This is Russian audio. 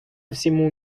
всему